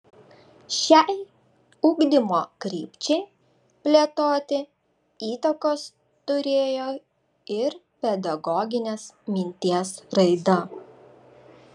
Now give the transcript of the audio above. šiai ugdymo krypčiai plėtoti įtakos turėjo ir pedagoginės minties raida